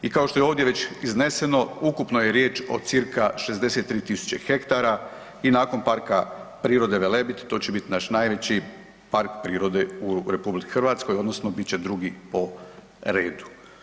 I kao što je ovdje već izneseno ukupno je riječ o cca 63.000 hektara i nakon Parka prirode Velebit to će biti naš najveći park prirode u RH odnosno bit će drugi po redu.